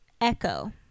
Echo